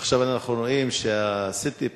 ועכשיו אנחנו רואים שה"סיטיפס",